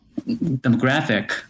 demographic